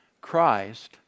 Christ